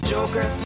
Joker